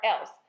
else